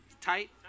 tight